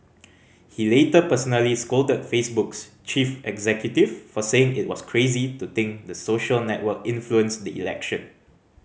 he later personally scolded Facebook's chief executive for saying it was crazy to think the social network influenced the election